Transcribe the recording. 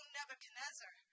Nebuchadnezzar